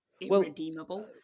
irredeemable